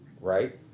right